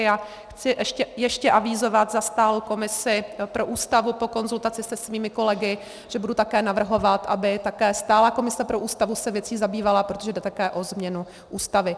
A chci ještě avizovat za stálou komisi pro Ústavu po konzultaci se svými kolegy, že budu také navrhovat, aby také stálá komise pro Ústavu se věcí zabývala, protože jde také o změnu Ústavy.